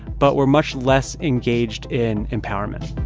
but were much less engaged in empowerment